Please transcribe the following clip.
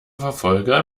verfolger